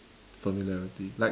familiarity like